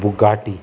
Bugatti